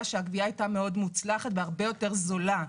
שהגבייה הייתה מאוד מוצלחת והרבה יותר זולה.